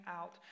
out